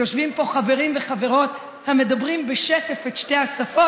יושבים פה חברים וחברות שמדברים בשטף את שתי השפות.